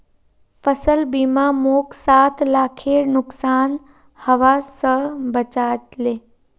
फसल बीमा मोक सात लाखेर नुकसान हबा स बचा ले